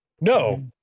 No